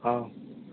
औ